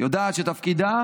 יודעת שתפקידה